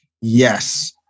Yes